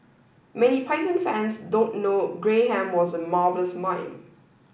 many Python fans don't know Graham was a marvellous mime